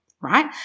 Right